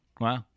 Wow